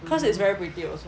cause it's very pretty also